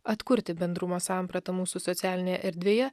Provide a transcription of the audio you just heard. atkurti bendrumo sampratą mūsų socialinėje erdvėje